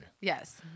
Yes